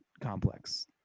complex